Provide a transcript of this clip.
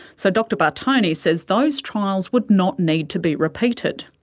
so dr bartone says those trials would not need to be repeated.